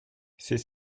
c’est